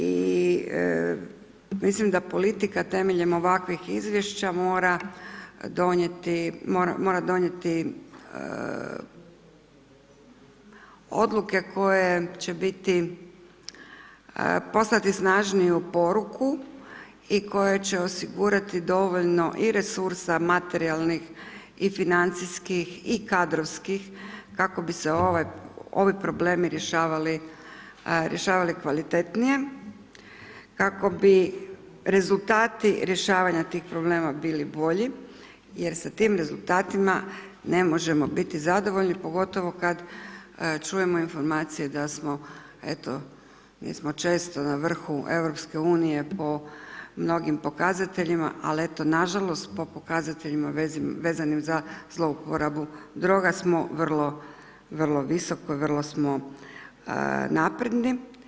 I mislim da politika temeljem ovakvih izvješća mora donijeti odluke koje će biti poslati snažniju poruku i koje će osigurati dovoljno i resursa, materijalnih, i financijskih i kadrovskih kako bi se ovi problemi rješavali kvalitetnije, kako bi rezultati rješavanja tih problema bili bolji, jer sa tim rezultatima ne možemo biti zadovoljni, pogotovo kada čujemo informacije da smo eto, mi smo često na vrhu EU, po mnogim pokazateljima, ali eto nažalost po pokazateljima za zlouporabu drogu, smo vrlo visoko i vrlo smo napredni.